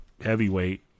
heavyweight